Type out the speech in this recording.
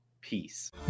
Peace